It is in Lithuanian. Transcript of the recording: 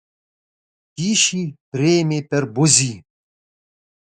kyšį priėmė per buzį